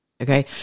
Okay